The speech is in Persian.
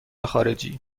خارجی